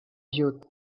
ajut